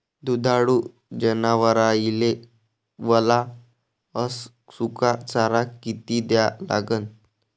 दुधाळू जनावराइले वला अस सुका चारा किती द्या लागन?